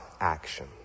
action